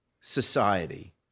society